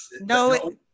no